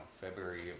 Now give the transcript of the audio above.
February